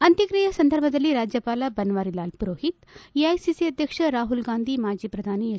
ಅಂತ್ಯಕ್ರಿಯೆ ಸಂದರ್ಭದಲ್ಲಿ ರಾಜ್ಯಪಾಲ ಬನ್ವಾರಿಲಾಲ್ ಪುರೋಹಿತ್ ಎಐಸಿಸಿ ಅಧ್ಯಕ್ಷ ರಾಹುಲ್ಗಾಂಧಿ ಮಾಜಿ ಪ್ರಧಾನಿ ಎಚ್